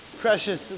precious